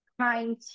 trying